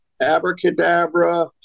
Abracadabra